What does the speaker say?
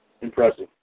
Impressive